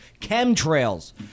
Chemtrails